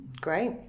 Great